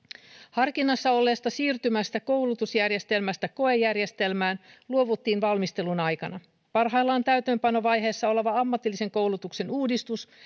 harkinnassa olleesta siirtymästä koulutusjärjestelmästä koejärjestelmään luovuttiin valmistelun aikana parhaillaan täytäntöönpanovaiheessa oleva ammatillisen koulutuksen uudistus